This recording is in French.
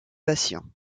patient